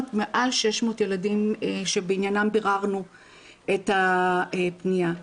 מעל 600 ילדים שבעניינם ביררנו את הפניה.